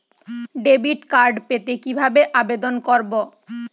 Debit card পেতে কিভাবে আবেদন করব?